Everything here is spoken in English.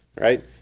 Right